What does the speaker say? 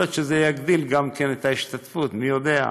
יכול להיות שזה יגדיל גם כן את ההשתתפות, מי יודע.